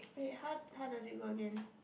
hey how how does it go again